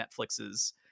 Netflix's